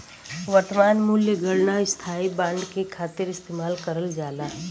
वर्तमान मूल्य गणना स्थायी बांड के खातिर इस्तेमाल करल जाला